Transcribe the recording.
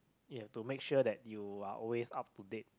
you have to make sure that you are always up to date